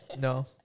no